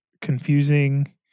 confusing